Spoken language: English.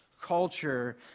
Culture